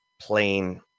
plain